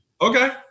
okay